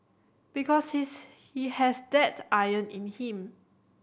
because he's he has that iron in him